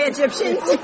Egyptians